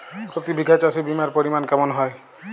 প্রতি বিঘা চাষে বিমার পরিমান কেমন হয়?